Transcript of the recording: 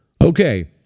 okay